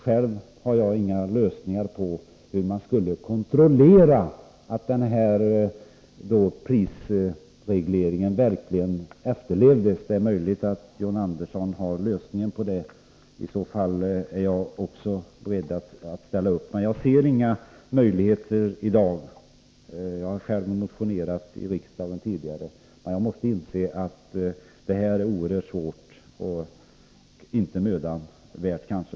Själv har jag inga lösningar av problemet hur man skulle kontrollera att prisregleringen verkligen efterlevdes. Det är möjligt att John Andersson har lösningen på det. I så fall är jag också beredd att ställa upp. Men jag ser i dag inga möjligheter. Jag har själv tidigare motionerat i den här frågan i riksdagen, men man måste inse att det här är oerhört svårt och kanske inte mödan värt.